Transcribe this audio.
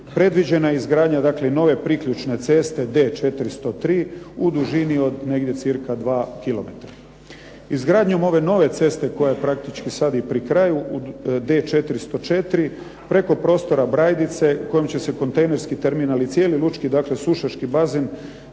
predviđena je izgradnja nove priključne ceste D403 u dužini od negdje cca 2 kilometra. Izgradnjom ove nove ceste koja je praktički sad i pri kraju D404, preko prostora Brajdice kojom će se kontejnerski terminal i cijeli lučki dakle sušaški bazen